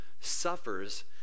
suffers